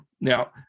now